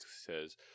says